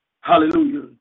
Hallelujah